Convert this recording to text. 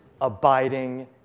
abiding